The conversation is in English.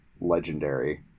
legendary